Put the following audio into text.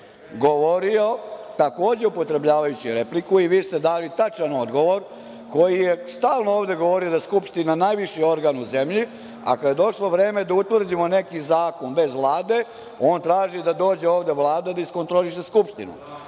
govorio takođe, upotrebljavajući repliku i vi ste da li tačan odgovor koji je stalno ovde govorio da je Skupština najveći organ u zemlji, a kada je došlo vreme da utvrdimo neki zakon bez Vlade, on traži da dođe ovde Vlada da iskontroliše Skupštinu.